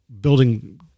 building